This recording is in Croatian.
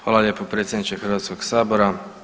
Hvala lijepo predsjedniče Hrvatskog sabora.